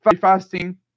fasting